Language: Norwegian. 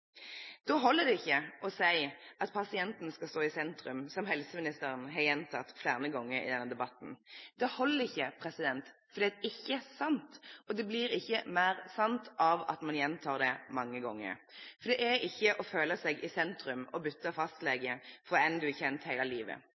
Da holder det ikke å si at pasienten skal stå i sentrum, som helseministeren har gjentatt flere ganger i denne debatten. Det holder ikke, fordi det ikke er sant, og det blir ikke mer sant av at man gjentar det mange ganger. Det er ikke å føle seg i sentrum å bytte fastlege, fra en du har kjent hele livet.